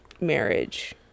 marriage